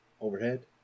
overhead